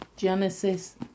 Genesis